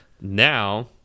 now